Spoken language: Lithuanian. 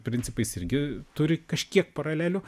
principais irgi turi kažkiek paralelių